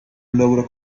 logro